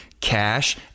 cash